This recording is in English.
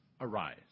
arise